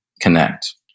connect